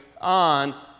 on